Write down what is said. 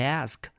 ask